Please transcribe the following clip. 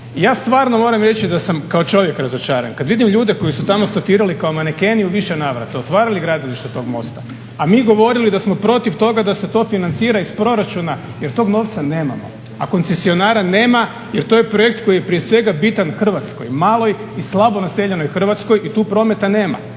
Ja stvarno moram reći da sam kao čovjek razočaran kad vidim ljude koji su tamo statirali kao manekeni u više navrata, otvarali gradilište tog mosta, a mi govorili da smo protiv toga da se to financira iz proračuna jer tog novca nemamo, a koncesionara nema jer to je projekt koji je prije svega bitan Hrvatskoj, maloj i slabo naseljenoj Hrvatskoj i tu prometa nema.